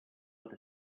with